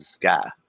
guy